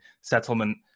settlement